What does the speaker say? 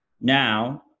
now